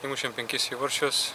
įmušėm penkis įvarčius